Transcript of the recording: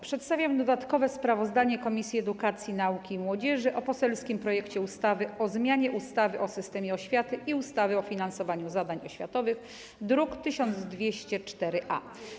Przedstawiam dodatkowe sprawozdanie Komisji Edukacji, Nauki i Młodzieży o poselskim projekcie ustawy o zmianie ustawy o systemie oświaty i ustawy o finansowaniu zadań oświatowych, druk 1204-A.